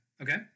Okay